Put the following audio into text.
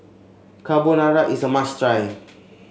carbonara is a must try